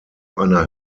einer